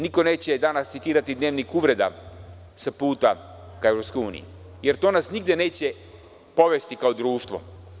Niko neće danas citirati dnevnik uvreda sa puta ka EU, jer to nas nigde neće povesti kao društvo.